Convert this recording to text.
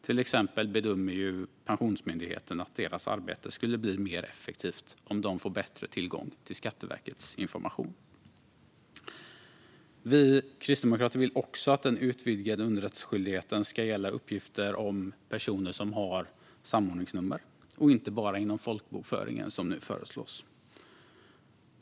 Till exempel bedömer Pensionsmyndigheten att deras arbete skulle bli mer effektivt om de fick bättre tillgång till Skatteverkets information. Vi kristdemokrater vill också att den utvidgade underrättelseskyldigheten ska gälla uppgifter om personer som har samordningsnummer och inte bara inom folkbokföringen, som nu föreslås.